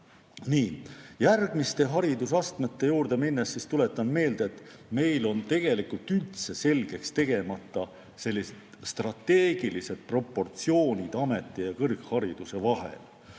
Nii. Järgmiste haridusastmete juurde minnes tuletan meelde, et meil on tegelikult üldse selgeks tegemata strateegilised proportsioonid ameti‑ ja kõrghariduse vahel.